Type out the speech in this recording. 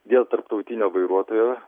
dėl tarptautinio vairuotojo